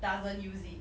doesn't use it